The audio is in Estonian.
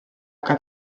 aga